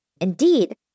Indeed